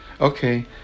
okay